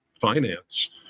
finance